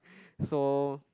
so